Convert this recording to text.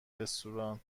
رستوران